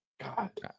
God